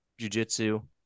jujitsu